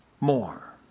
more